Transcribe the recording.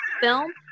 film